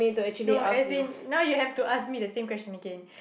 no as in now you have to ask me the same question again